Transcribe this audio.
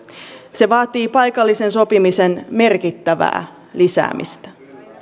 se vaatii paikallisen sopimisen merkittävää lisäämistä